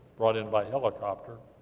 brought in by helicopter,